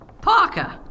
Parker